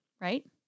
right